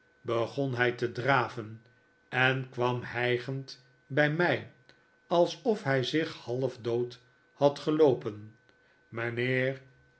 begon hij te draven en kwam hijgend bij mij alsof hij zich half dood had geloopen